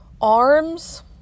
arms